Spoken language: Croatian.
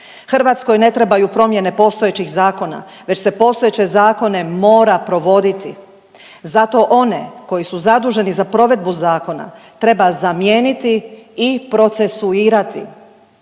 Hrvatskoj ne trebaju promjene postojećih zakona već se postojeće zakone mora provoditi. Zato one koji su zaduženi za provedbu zakona treba zamijeniti i procesuirati,